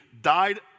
died